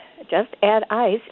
just-add-ice